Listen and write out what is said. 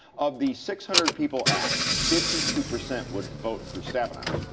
of the six hundred people asked, fifty two percent would vote for staenow.